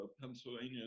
Pennsylvania